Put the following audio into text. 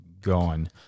gone